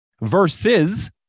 versus